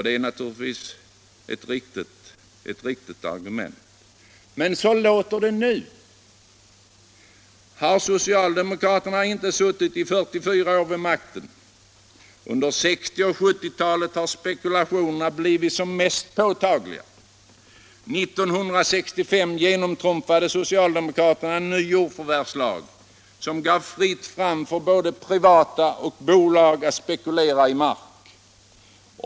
Det är naturligtvis ett riktigt argument. Men så låter det nu. Har socialdemokraterna inte suttit 44 år vid makten? Under 1960 och 1970-talen har spekulationerna blivit som mest påtagliga. År 1965 genomtrumfade socialdemokraterna en ny jordförvärvslag som gav fritt fram för både privata och bolag att spekulera i mark.